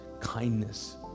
kindness